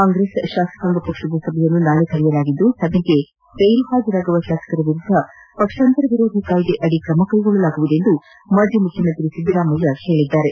ಕಾಂಗ್ರೆಸ್ ಶಾಸಕಾಂಗ ಪಕ್ಷದ ಸಭೆಯನ್ನು ನಾಳೆ ಕರೆಯಲಾಗಿದ್ದು ಸಭೆಗೆ ಗೈರುಹಾಜರಾಗುವ ಶಾಸಕರ ವಿರುದ್ದ ಪಕ್ಷಾಂತರ ವಿರೋಧಿ ಕಾಯ್ಲೆಯಡಿ ಕ್ರಮ ಕ್ವೆಗೊಳ್ಳಲಾಗುವುದು ಎಂದು ಮಾಜಿ ಮುಖ್ಯಮಂತ್ರಿ ಸಿದ್ದರಾಮಯ್ಯ ಹೇಳಿದ್ದಾರೆ